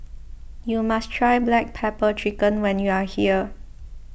you must try Black Pepper Chicken when you are here